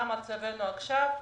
מה מצבנו עכשיו,